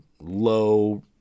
low